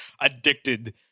addicted